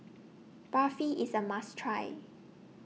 Barfi IS A must Try